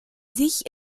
sich